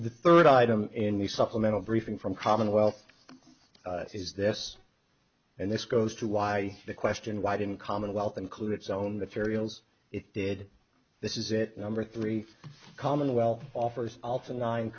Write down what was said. the third item in the supplemental briefing from commonwealth is this and this goes to why the question why didn't commonwealth include its own material it did this is it number three commonwealth office alpha nine